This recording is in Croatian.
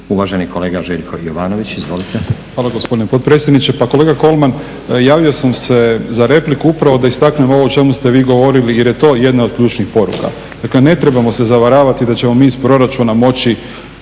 uvaženi kolega Željko Jovanović. Izvolite. **Jovanović, Željko (SDP)** Hvala gospodine potpredsjedniče. Pa kolega Kolman, javio sam se za repliku upravo da istaknem ovo o čemu ste vi govorili jer je to jedna od ključnih poruka. Dakle, ne trebamo se zavaravati da ćemo iz proračuna moći